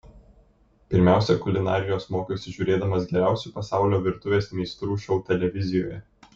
pirmiausia kulinarijos mokiausi žiūrėdamas geriausių pasaulio virtuvės meistrų šou televizijoje